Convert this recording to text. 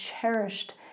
cherished